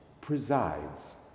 presides